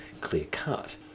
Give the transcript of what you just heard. clear-cut